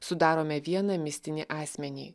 sudarome vieną mistinį asmenį